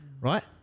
right